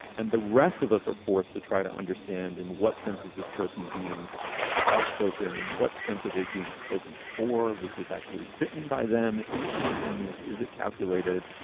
and the rest of us are forced to try to understand in what sense is this person being outspoken and what sense of they being spoken for. was this actually written by them? is it spontaneous? is it calculated?